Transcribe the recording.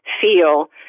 feel